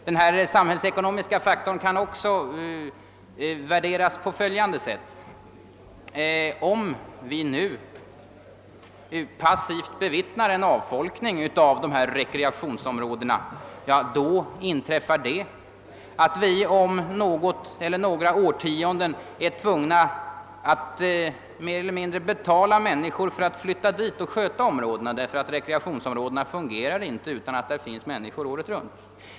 Den samhällsekonomiska faktorn kan också värderas på följande sätt: om vi nu passivt bevittnar en avfolkning av dessa rekreationsområden, kommer vi om något eller några årtionden att bli tvungna att mer eller mindre betala människor för att flytta dit och sköta områdena. Rekreationsområdena fungerar inte utan att där finns människor året runt.